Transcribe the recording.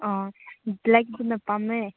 ꯑꯥ ꯕ꯭ꯂꯦꯛꯀꯨꯝꯕ ꯄꯥꯝꯃꯦ